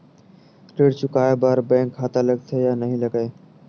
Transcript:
ऋण चुकाए बार बैंक खाता लगथे या नहीं लगाए?